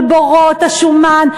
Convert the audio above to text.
על בורות השומן,